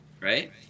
right